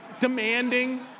demanding